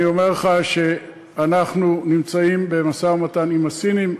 אני אומר לך שאנחנו נמצאים במשא-ומתן עם הסינים.